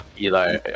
eli